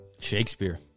Shakespeare